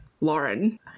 Lauren